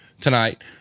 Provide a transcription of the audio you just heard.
tonight